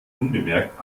unbemerkt